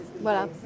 Voilà